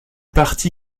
parti